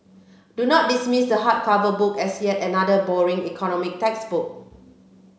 do not dismiss the hardcover book as yet another boring economic textbook